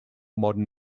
modern